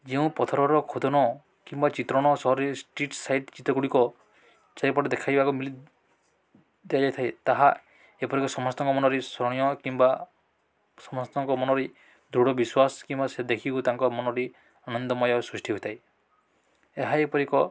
ଯେଉଁ ପଥରର ଖୋଦନ କିମ୍ବା ଚିତ୍ରଣ ସହରରେ ଷ୍ଟ୍ରିଟ୍ ସାଇଟ୍ ଚିତ୍ରଗୁଡ଼ିକ ଚାରିପଟେ ଦେଖାଇବାକୁ ମିଳି ଦିଆଯାଇଥାଏ ତାହା ଏପରିକି ସମସ୍ତଙ୍କ ମନରେ ସ୍ମରଣୀୟ କିମ୍ବା ସମସ୍ତଙ୍କ ମନରେ ଦୃଢ଼ବିଶ୍ୱାସ କିମ୍ବା ସେ ଦେଖିବାକୁ ତାଙ୍କ ମନରେ ଆନନ୍ଦମୟ ସୃଷ୍ଟି ହୋଇଥାଏ ଏହା ଏପରିକି